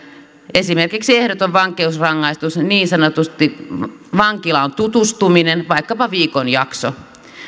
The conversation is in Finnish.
esimerkiksi ehdoton vankeusrangaistus niin niin sanotusti vankilaan tutustuminen vaikkapa viikon jakso